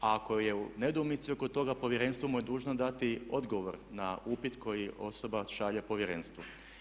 A ako je u nedoumici oko toga Povjerenstvo mu je dužno dati odgovor na upit koji osoba šalje Povjerenstvu.